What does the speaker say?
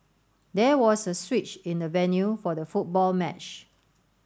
there was a switch in the venue for the football match